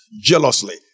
jealously